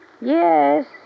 Yes